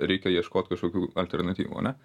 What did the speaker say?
reikia ieškot kažkokių alternatyvų ane